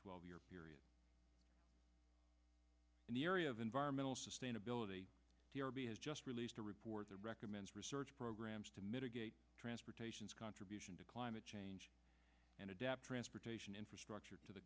twelve year period in the area of environmental sustainability has just released a report that recommends research programs to mitigate transportations contribution to climate change and adapt transportation infrastructure to the